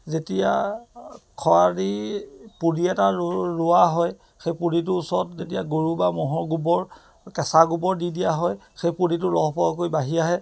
যেতিয়া খৰালি পুলি এটা ৰোৱা হয় সেই পুলিটোৰ ওচৰত যেতিয়া গৰু বা ম'হৰ গোবৰ কেঁচা গোবৰ দি দিয়া হয় সেই পুলিটো লহ্পহকৈ বাঢ়ি আহে